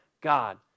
God